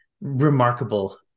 Remarkable